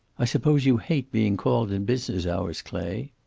i suppose you hate being called in business hours, clay!